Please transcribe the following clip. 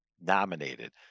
nominated